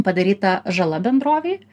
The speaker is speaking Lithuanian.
padaryta žala bendrovei